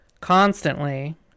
constantly